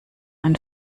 einen